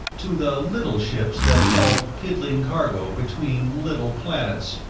to the little ships that hauled piddling cargo between little planets,